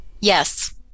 yes